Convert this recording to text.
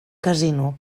casino